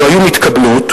לו התקבלו,